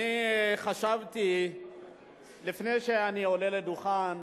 אני חשבתי לפני שאני עולה לדוכן,